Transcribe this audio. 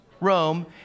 Rome